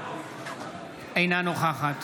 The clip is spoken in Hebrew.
אינה נוכחת